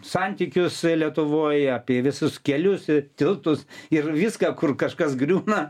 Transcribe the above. santykius lietuvoj apie visus kelius tiltus ir viską kur kažkas griūna